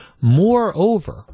Moreover